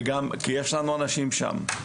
כי יש לנו אנשים שם.